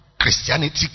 christianity